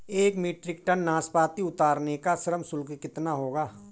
एक metric tonne नाशपाती उतारने का श्रम शुल्क कितना होगा?